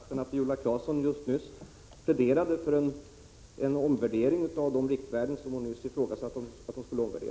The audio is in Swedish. Herr talman! Jag kan inte se annat än att Viola Claesson nyss pläderade för en omvärdering av de riktvärden vilkas omvärdering hon tidigare ifrågasatte.